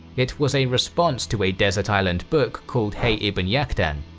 it was a response to a desert island book called hayy ibn yaqdhan,